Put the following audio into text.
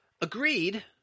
agreed